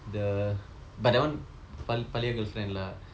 the but that one பழைய:pazhaya girlfriend lah